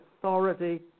authority